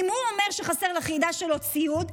ואם הוא אומר שחסר ליחידה שלו ציוד,